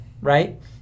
right